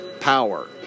power